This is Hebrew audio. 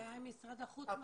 השאלה אם משרד החוץ מסכים.